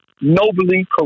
nobly